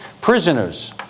prisoners